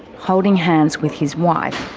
holding hands with his wife.